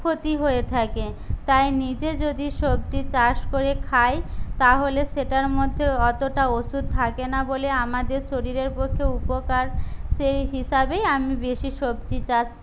ক্ষতি হয়ে থাকে তাই নিজে যদি সবজি চাষ করে খাই তাহলে সেটার মধ্যে অতটা ওষুধ থাকে না বলে আমাদের শরীরের পক্ষে উপকার সেই হিসাবেই আমি বেশি সবজি চাষ